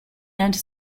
anti